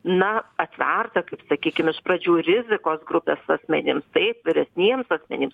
na atverta kaip sakykim iš pradžių rizikos grupės asmenims tai vyresniems asmenims